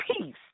peace